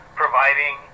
providing